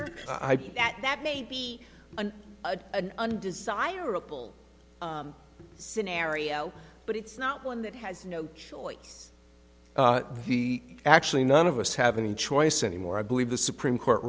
that that may be an undesirable scenario but it's not one that has no choice actually none of us have any choice anymore i believe the supreme court